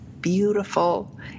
beautiful